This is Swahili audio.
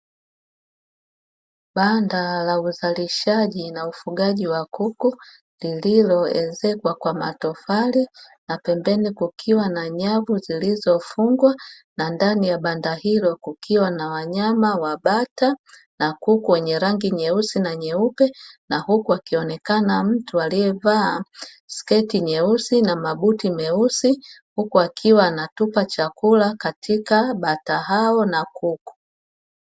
Banda la uzalishaji na ufugaji wa kuku lililoezekwa kwa matofali na pembeni kukiwa na nyavu zilizofungwa, na ndani ya banda hilo kukiwa na wanyama wa bata na kuku wenye rangi nyeusi na nyeupe, na huku akionekana mtu aliyevaa sketi nyeusi na mabuti meusi huku akiwa anatupa chakula katika bata hao na kuku.